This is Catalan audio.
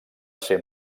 ser